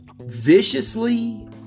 viciously